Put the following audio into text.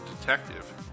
detective